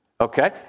Okay